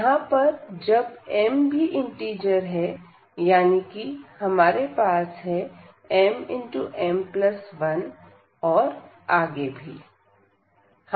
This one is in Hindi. यहां पर जब m भी इंटिजर है यानी कि हमारे पास है mm1 और आगे भी